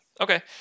Okay